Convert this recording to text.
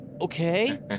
okay